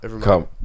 come